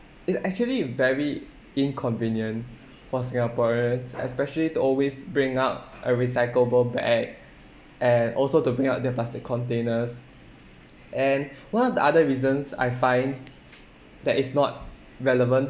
it actually very inconvenient for singaporeans especially to always bring out a recyclable bag and also to bring out their plastic containers and one of the other reasons I find that it's not relevant